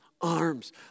arms